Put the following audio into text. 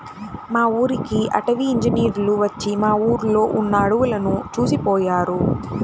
మా ఊరికి అటవీ ఇంజినీర్లు వచ్చి మా ఊర్లో ఉన్న అడువులను చూసిపొయ్యారు